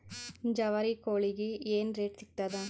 ಜವಾರಿ ಕೋಳಿಗಿ ಏನ್ ರೇಟ್ ಸಿಗ್ತದ?